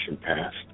passed